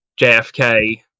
JFK